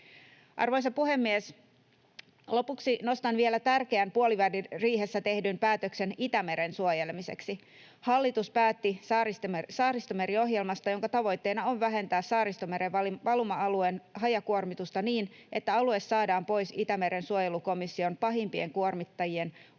Arvoisa puhemies! Lopuksi nostan vielä tärkeän puoliväliriihessä tehdyn päätöksen Itämeren suojelemiseksi. Hallitus päätti Saaristomeri-ohjelmasta, jonka tavoitteena on vähentää Saaristomeren valuma-alueen hajakuormitusta niin, että alue saadaan pois Itämeren suojelukomission pahimpien kuormittajien hotspot-listalta